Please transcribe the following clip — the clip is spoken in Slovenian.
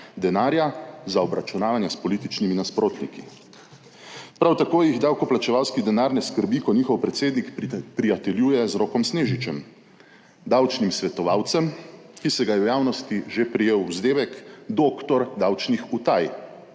denarja za obračunavanja s političnimi nasprotniki. Prav tako jih davkoplačevalski denar ne skrbi, ko njihov predsednik prijateljuje z Rokom Snežičem, davčnim svetovalcem, ki se ga je v javnosti že prijel vzdevek doktor davčnih utaj.